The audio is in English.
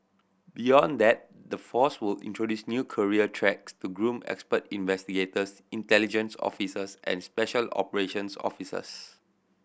beyond that the force will introduce new career tracks to groom expert investigators intelligence officers and special operations officers